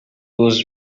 was